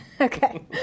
Okay